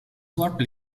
short